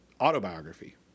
autobiography